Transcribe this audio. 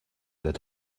that